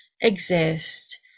exist